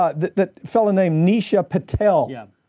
ah that that fella named nisha patel. yeah.